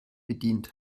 bedient